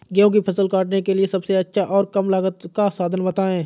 गेहूँ की फसल काटने के लिए सबसे अच्छा और कम लागत का साधन बताएं?